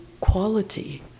quality